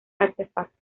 artefactos